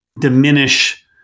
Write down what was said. diminish